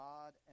God